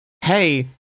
hey